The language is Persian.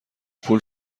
پول